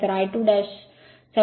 तर I22r2880